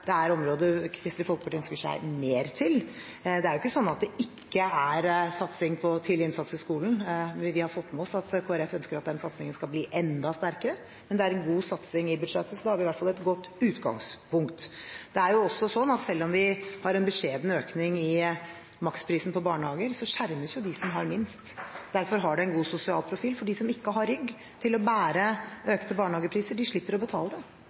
det er områder Kristelig Folkeparti ønsker seg mer til. Det er ikke sånn at det ikke er satsing på tidlig innsats i skolen. Vi har fått med oss at Kristelig Folkeparti ønsker at den satsingen skal bli enda sterkere, men det er en god satsing i budsjettet, så da har vi i hvert fall et godt utgangspunkt. Det er også sånn at selv om vi har en beskjeden økning i maksprisen på barnehager, skjermes dem som har minst. Derfor har det en god sosial profil, for de som ikke har rygg til å bære økte barnehagepriser, slipper å betale det.